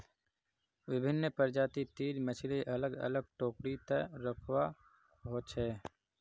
विभिन्न प्रजाति तीर मछली अलग अलग टोकरी त रखवा हो छे